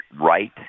right